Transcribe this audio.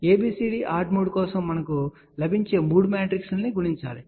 ABCD add mod కోసం మనకు లభించే 3 మ్యాట్రిక్స్ లను గుణించండి